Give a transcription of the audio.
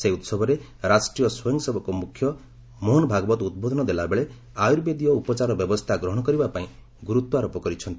ସେହି ଉତ୍ସବରେ ରାଷ୍ଟ୍ରୀୟ ସ୍ୱୟଂସେବକ ମୁଖ୍ୟ ମୋହନଭାଗବତ ଉଦ୍ବୋଧନ ଦେଲାବେଳେ ଆୟୁର୍ବେଦୀୟ ଉପଚାର ବ୍ୟବସ୍ଥା ଗ୍ରହଣ କରିବା ପାଇଁ ଗୁରୁତ୍ୱାରୋପ କରିଛନ୍ତି